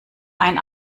ein